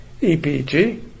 EPG